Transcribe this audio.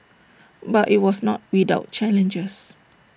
but IT was not without challenges